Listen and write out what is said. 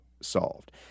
solved